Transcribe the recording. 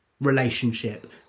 relationship